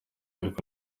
ariko